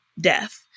death